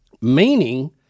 meaning